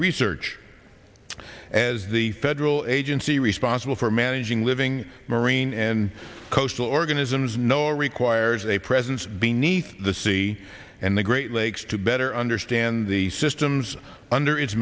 research as the federal agency responsible for managing living marine and coastal organisms know requires a presence beneath the sea and the great lakes to better understand the systems under i